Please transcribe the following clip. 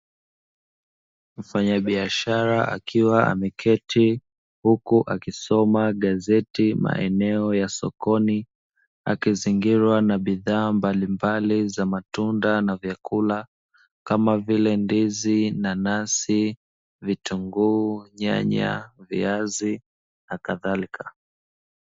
Mfanyabiashara akiwa ameketi, huku akisoma gazeti maeneo ya sokoni, akizingirwa na bidhaa mbalimbali za matunda na vyakula kama vile ndizi, nanasi, vitunguu, nyanya, viazi na kadhalika.